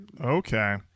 okay